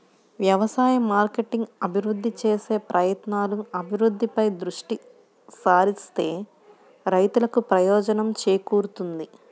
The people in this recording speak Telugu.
వ్యవసాయ మార్కెటింగ్ అభివృద్ధి చేసే ప్రయత్నాలు, అభివృద్ధిపై దృష్టి సారిస్తే రైతులకు ప్రయోజనం చేకూరుతుంది